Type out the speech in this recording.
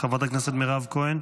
חברת הכנסת מירב כהן?